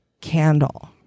Candle